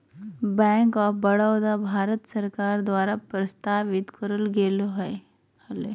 bank of Baroda, Bharat सरकार द्वारा प्रस्तावित करल गेले हलय